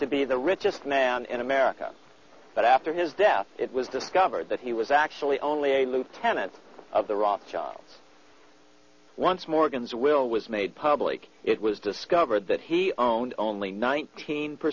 to be the richest man in america but after his death it was discovered that he was actually only a lieutenant of the rothschilds once morgan's will was made public it was discovered that he owned only nineteen